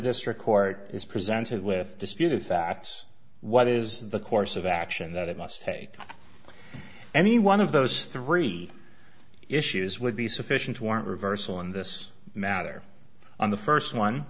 district court is presented with disputed facts what is the course of action that it must take any one of those three issues would be sufficient to warrant reversal in this matter on the first one